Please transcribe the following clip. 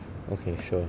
okay sure